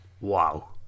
wow